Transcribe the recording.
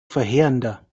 verheerender